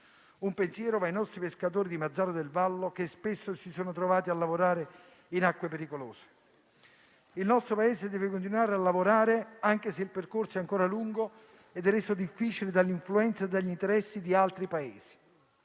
Un pensiero va ai nostri pescatori di Mazara del Vallo, che spesso si sono trovati a lavorare in acque pericolose. Il nostro Paese deve continuare a lavorare, anche se il percorso è ancora lungo ed è reso difficile dall'influenza e dagli interessi di altri Paesi.